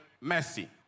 mercy